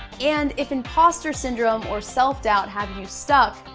and if imposter syndrome or self-doubt have you stuck,